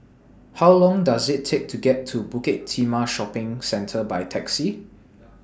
How Long Does IT Take to get to Bukit Timah Shopping Centre By Taxi